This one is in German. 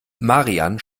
marian